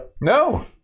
No